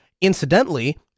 Incidentally